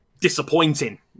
disappointing